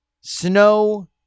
snow